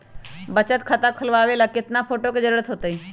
बचत खाता खोलबाबे ला केतना फोटो के जरूरत होतई?